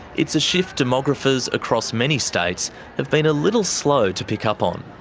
it's a shift demographers across many states have been a little slow to pick up on.